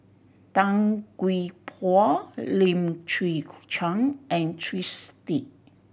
Tan Gee Paw Lim Chwee Chian and Twisstii